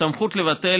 סמכות לבטל,